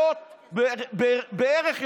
(אומר בערבית: